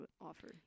offer